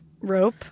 rope